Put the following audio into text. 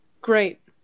Great